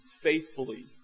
faithfully